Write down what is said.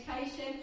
education